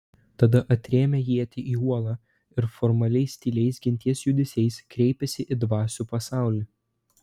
tada atrėmė ietį į uolą ir formaliais tyliais genties judesiais kreipėsi į dvasių pasaulį